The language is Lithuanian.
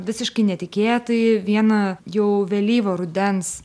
visiškai netikėtai vieną jau vėlyvo rudens